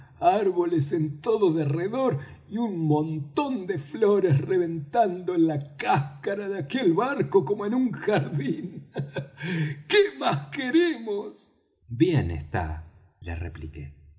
árboles en todo el derredor y un montón de flores reventando en la cáscara de aquel barco como en un jardín qué más queremos bien está le repliqué